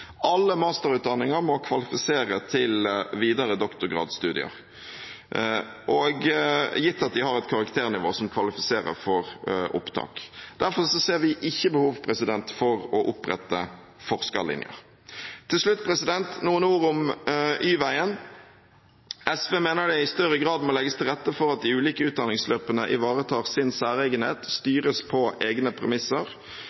alle studentene. Alle masterutdanninger må kvalifisere til videre doktorgradsstudier, gitt at de har et karakternivå som kvalifiserer for opptak. Derfor ser vi ikke behov for å opprette forskerlinjer. Til slutt noen ord om Y-veien. SV mener at det i større grad må legges til rette for at de ulike utdanningsløpene ivaretar sin særegenhet